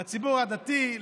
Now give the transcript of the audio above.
לציבור הדתי,